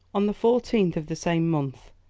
on the fourteenth of the same month,